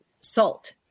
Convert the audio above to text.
salt